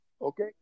Okay